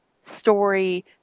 story